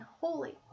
holy